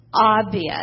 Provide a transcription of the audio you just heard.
obvious